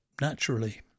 naturally